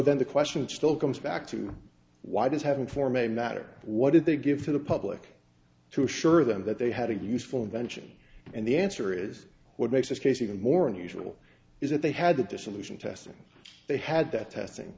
then the question still comes back to why does having form a matter what did they give to the public to assure them that they had a useful invention and the answer is what makes this case even more unusual is that they had the dissolution testing they had that testing